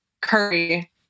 curry